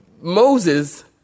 Moses